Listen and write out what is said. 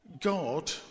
God